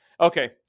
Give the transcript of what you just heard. Okay